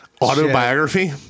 Autobiography